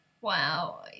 Wow